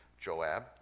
Joab